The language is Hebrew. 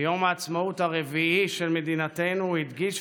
ביום העצמאות הרביעי של מדינתנו הוא הדגיש,